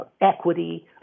equity